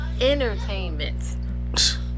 Entertainment